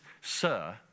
sir